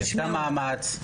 היא עשתה מאמץ,